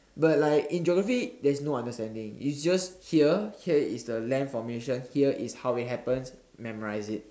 but like in geography there's no understanding it's just here here is the land formation here is how it happens memorise it